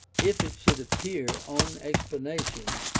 if it should appear, on explanation,